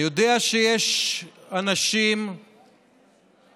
אני יודע שיש אנשים שמייד אחרי